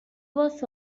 was